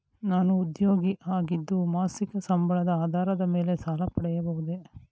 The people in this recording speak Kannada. ನಾನು ಉದ್ಯೋಗಿ ಆಗಿದ್ದು ಮಾಸಿಕ ಸಂಬಳದ ಆಧಾರದ ಮೇಲೆ ಸಾಲ ಪಡೆಯಬಹುದೇ?